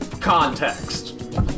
Context